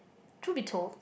truth be told